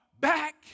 back